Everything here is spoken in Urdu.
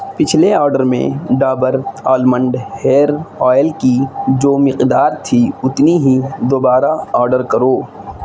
پچھلے آرڈر میں ڈابر آلمنڈ ہیئر آئل کی جو مقدار تھی اتنی ہی دوبارہ آرڈر کرو